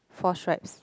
four stripes